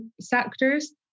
sectors